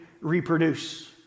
reproduce